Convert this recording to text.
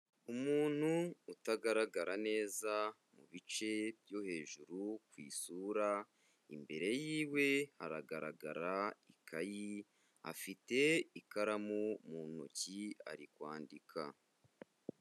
Umuntu utagaragara neza mu bice byo hejuru ku isura, imbere yiwe hagaragara ikayi afite ikaramu mu ntoki ari kwandika.